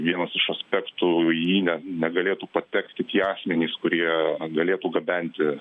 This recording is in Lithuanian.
vienas iš aspektų į jį ne negalėtų patekti tie asmenys kurie galėtų gabenti